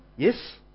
Yes